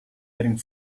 getting